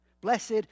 Blessed